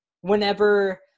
whenever